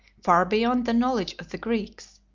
far beyond the knowledge of the greeks.